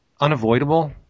unavoidable